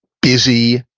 busy,